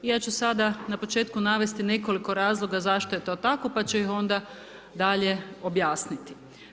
I ja ću sada na početku navesti nekoliko razloga zašto je to tako pa ću ih onda dalje objasniti.